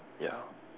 ya